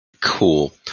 Cool